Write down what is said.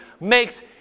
makes